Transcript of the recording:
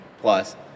plus